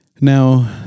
Now